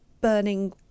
burning